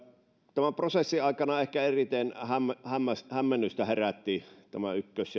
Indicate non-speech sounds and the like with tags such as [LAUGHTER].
tämän prosessin aikana ehkä eniten hämmennystä herättivät nämä ykkös [UNINTELLIGIBLE]